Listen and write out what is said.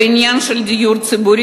נעשה שום דבר בעניין של הדיור הציבורי.